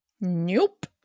Nope